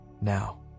now